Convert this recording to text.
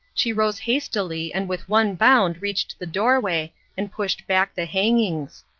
she rose hastily and with one bound reached the doorway and pushed back the hangings.